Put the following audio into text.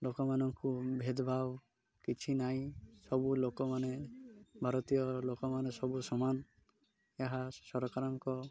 ଲୋକମାନଙ୍କୁ ଭେଦଭାବ କିଛି ନହିଁ ସବୁ ଲୋକମାନେ ଭାରତୀୟ ଲୋକମାନେ ସବୁ ସମାନ ଏହା ସରକାରଙ୍କ